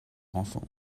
enfant